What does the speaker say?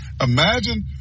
Imagine